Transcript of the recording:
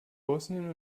bosnien